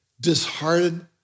disheartened